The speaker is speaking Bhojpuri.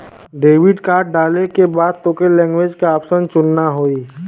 डेबिट कार्ड डाले के बाद तोके लैंग्वेज क ऑप्शन चुनना होई